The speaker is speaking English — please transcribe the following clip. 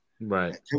right